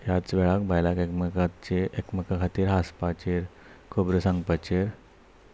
ह्याच वेळाक बायलाक एकमेकाचे एकमेका खातीर हांसपाचेर खबरो सांगपाचेर